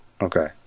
okay